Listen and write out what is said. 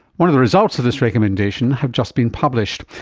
one of the results of this recommendation have just been published,